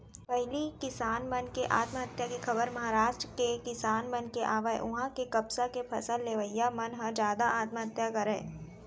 पहिली किसान मन के आत्महत्या के खबर महारास्ट के किसान मन के आवय उहां के कपसा के फसल लेवइया मन ह जादा आत्महत्या करय